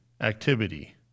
activity